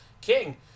King